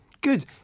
Good